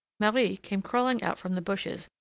marie came crawling out from the bushes,